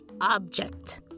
object